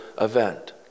event